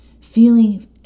feeling